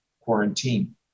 quarantine